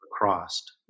crossed